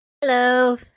Hello